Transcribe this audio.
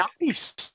Nice